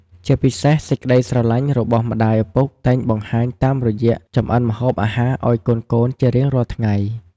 ជាពិសេសសេចក្ដីស្រឡាញ់របស់ម្តាយឪពុកតែងបង្ហាញ តាមរយះចម្អិនម្ហូបអាហារឱ្យកូនៗជារៀងរាល់ថ្ងៃ។